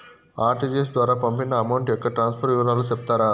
RTGS ద్వారా పంపిన amount యొక్క ట్రాన్స్ఫర్ వివరాలు సెప్తారా